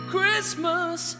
Christmas